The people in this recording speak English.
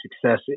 success